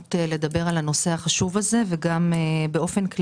ההזדמנות לדבר על הנושא החשוב הזה ועל ההתכנסות